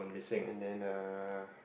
and then uh